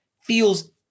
feels